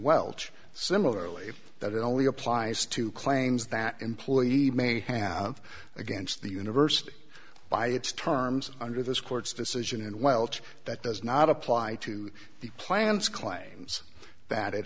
welsh similarly that it only applies to claims that employee may have against the university by its terms under this court's decision and welch that does not apply to the plans claims that it